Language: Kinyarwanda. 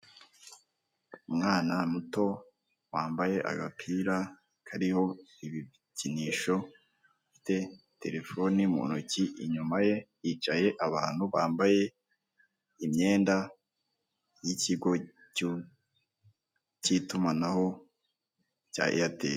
Umwana muto wambaye agapira kariho ibikinisho, afite terefone mu ntoki inyuma ye hicaye abantu bambaye imyenda yikigo cy'itumanaho cya eyateli.